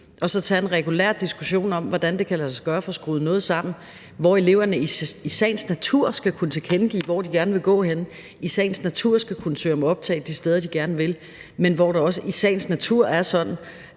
og tage en regulær diskussion om, hvordan det kan lade sig gøre at få skruet noget sammen, hvor eleverne i sagens natur skal kunne tilkendegive, hvor de gerne vil gå henne, hvor de i sagens natur skal kunne søge om optag de steder, de gerne vil, men hvor det også er sådan,